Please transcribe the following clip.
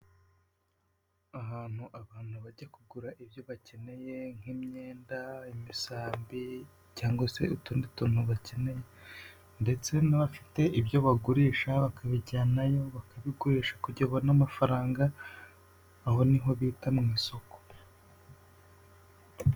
Ahantu abantu bajya kugura ibyo bakeneye nk'imyenda, imisambi cyangwa se utundi tuntu bakeneye ndetse n'abafite ibyo bagurisha bakabijyanayo, bakabigurisha kugira ngo babone amafaranga, aho niho bita mu isoko.